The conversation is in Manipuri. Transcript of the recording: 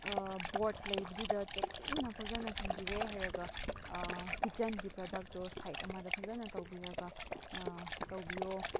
ꯕꯣꯔꯠ ꯂꯩꯕꯗꯨꯗ ꯆꯦꯛꯁꯤꯟꯅ ꯐꯖꯅ ꯊꯝꯕꯤꯔꯦ ꯍꯥꯏꯔꯒ ꯀꯤꯆꯟꯒꯤ ꯄ꯭ꯔꯗꯛꯇꯣ ꯁꯥꯏꯠ ꯑꯃꯗ ꯐꯖꯅ ꯇꯧꯕꯤꯔꯒ ꯇꯧꯕꯤꯌꯣ